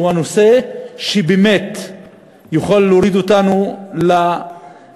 שהוא הנושא שבאמת יכול להוריד אותנו לחמש